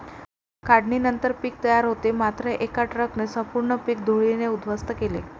काढणीनंतर पीक तयार होते मात्र एका ट्रकने संपूर्ण पीक धुळीने उद्ध्वस्त केले